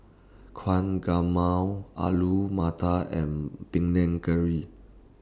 Alu Matar and Panang Curry